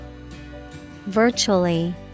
virtually